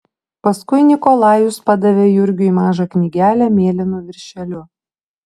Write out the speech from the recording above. paskui nikolajus padavė jurgiui mažą knygelę mėlynu viršeliu